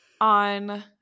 on